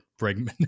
Bregman